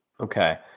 Okay